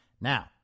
Now